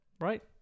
right